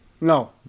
No